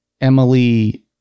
Emily